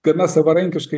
gana savarankiškai